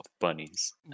bunnies